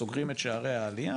סוגרים את שערי העלייה,